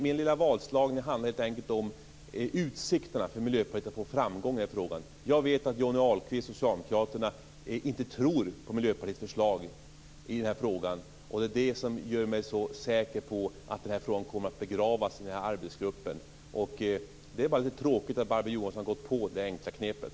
Min lilla vadslagning handlar helt enkelt om utsikterna för Miljöpartiet att få framgång i den här frågan. Jag vet att Johnny Ahlqvist, Socialdemokraterna, inte tror på Miljöpartiets förslag i frågan. Det är det som gör mig så säker på att frågan kommer att begravas i arbetsgruppen. Det är faktiskt tråkigt att Barbro Johansson har gått på det enkla knepet.